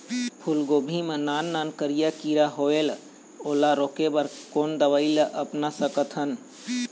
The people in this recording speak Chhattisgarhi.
फूलगोभी मा नान नान करिया किरा होयेल ओला रोके बर कोन दवई ला अपना सकथन?